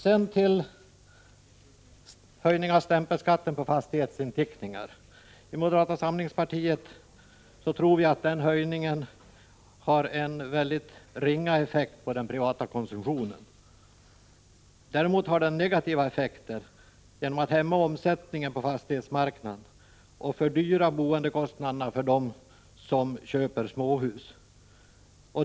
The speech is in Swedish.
Sedan går jag över till höjningen av stämpelskatten på fastighetsinteckningar. I moderata samlingspartiet tror vi att den höjningen har mycket ringa effekt på den privata konsumtionen. Däremot har den negativa effekter genom att hämma omsättningen på fastighetsmarknaden och fördyra boendet för dem som köper småhus.